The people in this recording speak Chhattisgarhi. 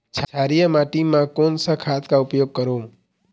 क्षारीय माटी मा कोन सा खाद का उपयोग करों?